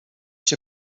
cię